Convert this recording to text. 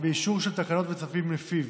ואישור של תקנות וצווים לפיו.